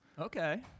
Okay